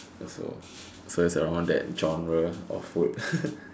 also so is around that genre of food